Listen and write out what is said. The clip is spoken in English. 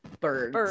birds